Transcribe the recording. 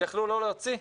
יכלו לא להוציא.